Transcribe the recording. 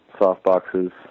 softboxes